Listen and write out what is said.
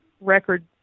record